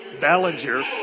Ballinger